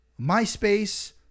MySpace